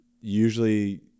usually